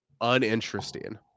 uninteresting